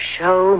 Show